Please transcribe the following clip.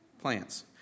plants